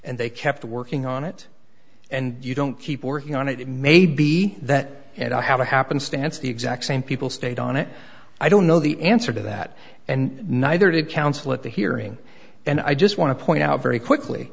and they kept working on it and you don't keep working on it it may be that and i have a happenstance the exact same people stayed on it i don't know the answer to that and neither did counsel at the hearing and i just want to point out very quickly